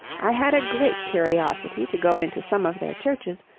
i had a great curiosity to go into some of their churches,